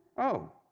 oh,